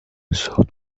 south